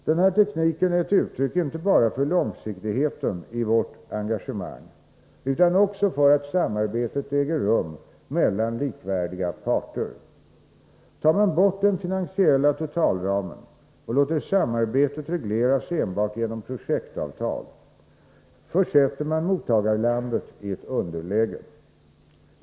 Denna teknik är ett uttryck inte bara för långsiktigheten i vårt engagemang, utan också för att samarbete äger rum mellan likvärdiga parter. Tar man bort den finansiella totalramen och låter samarbetet regleras enbart genom projektavtal, försätter man mottagarlandet i ett underläge.